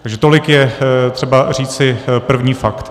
Takže tolik je třeba říci první fakt.